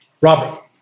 Robert